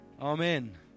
Amen